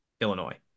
Illinois